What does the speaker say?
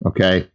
Okay